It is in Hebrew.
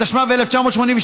התשמ"ב 1982,